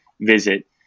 visit